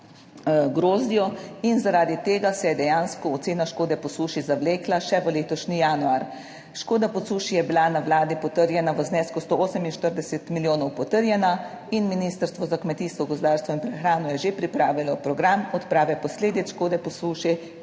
grozdju. In zaradi tega se je dejansko ocena škode po suši zavlekla še v letošnji januar. Škoda po suši je bila na Vladi potrjena v znesku 148 milijonov potrjena in Ministrstvo za kmetijstvo, gozdarstvo in prehrano je že pripravilo program odprave posledic škode po suši,